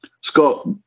Scott